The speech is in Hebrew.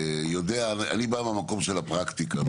אני בא מהמקום של הפרקטיקה,